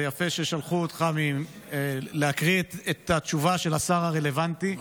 זה יפה ששלחו אותך להקריא את התשובה של השר הרלוונטי,